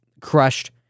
crushed